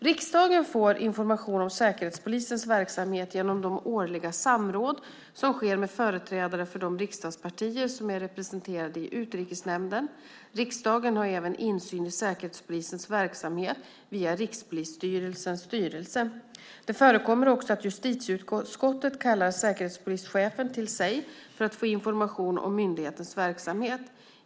Riksdagen får information om Säkerhetspolisens verksamhet genom de årliga samråd som sker med företrädare för de riksdagspartier som är representerade i Utrikesnämnden. Riksdagen har även insyn i Säkerhetspolisens verksamhet via Rikspolisstyrelsens styrelse. Det förekommer också att justitieutskottet kallar Säkerhetspolischefen till sig för att få information om myndighetens verksamhet.